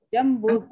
Jambu